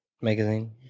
magazine